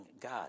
God